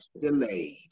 delayed